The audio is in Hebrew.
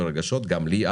גם לי,